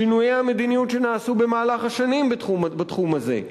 שינויי המדיניות שנעשו במהלך השנים בתחום הזה?